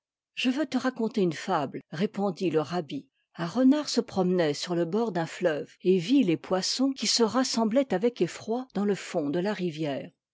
je veux te raconter une fable répondit le rabbi un renard se promenait sur le bord d'un fleuve et vit les poissons qui se rassemblaient avec effroi dans le fond de la rivière